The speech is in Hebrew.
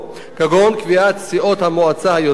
כגון קביעת סיעות המועצה היוצאת,